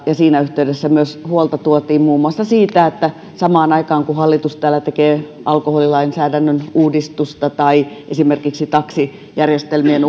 ja siinä yhteydessä myös huolta tuotiin muun muassa siitä että samaan aikaan kun hallitus täällä tekee alkoholilainsäädännön uudistusta tai esimerkiksi taksijärjestelmien